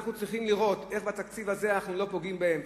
אנחנו צריכים לראות איך בתקציב הזה אנחנו לא פוגעים בהם.